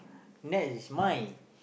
next is mine